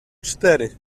cztery